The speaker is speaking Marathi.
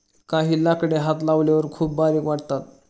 काही लाकडे हात लावल्यावर खूप बारीक वाटतात